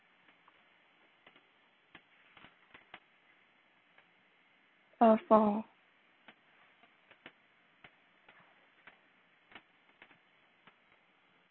uh four